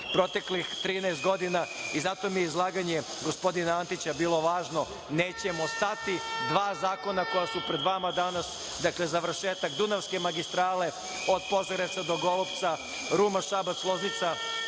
proteklih 13 godina. Zato mi je izlaganje gospodina Antića bilo važno, nećemo stati. Dva zakona koja su pred vama danas, dakle, završetak Dunavske magistrale od Požarevca do Golupca, Ruma-Šabac-Loznica,